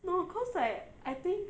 no because like I think